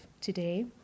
today